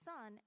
Son